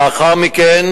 לאחר מכן